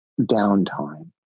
downtime